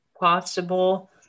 possible